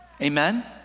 Amen